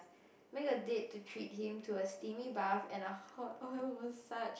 make a date to treat him to a steamy bath and a hot oil massage